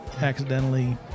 accidentally